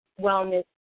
wellness